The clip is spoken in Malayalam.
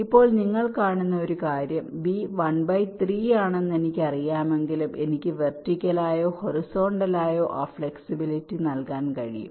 ഇപ്പോൾ നിങ്ങൾ കാണുന്ന ഒരു കാര്യം B 1 by 3 ആണെന്ന് എനിക്കറിയാമെങ്കിലും എനിക്ക് വെർട്ടിക്കലായോ ഹൊറിസോണ്ടലായോ ആ ഫ്ലെക്സിബിലിറ്റി നൽകാൻ കഴിയും